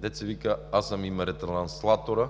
Дето се казва, аз съм им ретранслатора